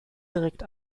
direkt